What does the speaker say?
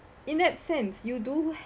in that sense you do